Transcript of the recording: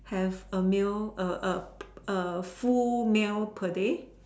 have a meal a a a full meal per day